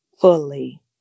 fully